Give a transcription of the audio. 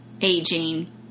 aging